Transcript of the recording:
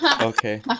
Okay